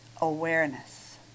Awareness